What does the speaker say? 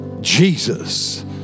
Jesus